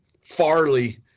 farley